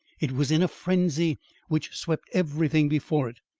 it was in a frenzy which swept everything before it.